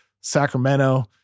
Sacramento